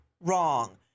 wrong